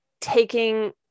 taking